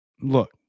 look